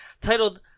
Titled